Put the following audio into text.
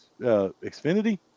Xfinity